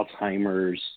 Alzheimer's